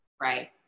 right